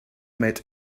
met